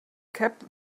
kept